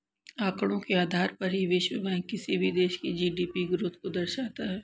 आंकड़ों के आधार पर ही विश्व बैंक किसी भी देश की जी.डी.पी ग्रोथ को दर्शाता है